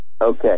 Okay